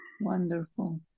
wonderful